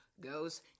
goes